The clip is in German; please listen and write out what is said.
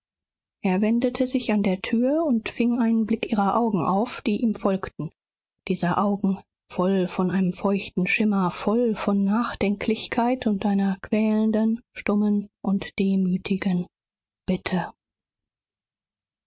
er wendete sich an der tür und fing einen blick ihrer augen auf die ihm folgten dieser augen voll von einem feuchten schimmer voll von nachdenklichkeit und einer quälenden stummen und demütigen bitte